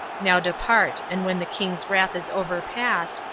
now depart and when the king's wrath is overpast,